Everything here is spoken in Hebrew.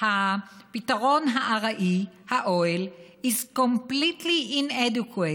הפתרון הארעי, האוהל, is completely inadequate,